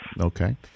Okay